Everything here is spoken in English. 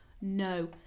no